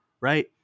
right